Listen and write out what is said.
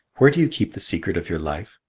where do you keep the secret of your life?